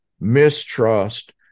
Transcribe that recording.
mistrust